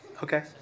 Okay